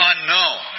unknown